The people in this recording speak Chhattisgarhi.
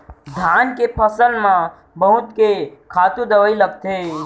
धान के फसल म बहुत के खातू दवई लगथे